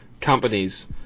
companies